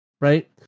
right